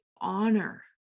honor